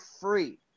free